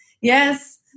Yes